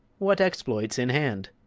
what exploit's in hand?